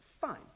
Fine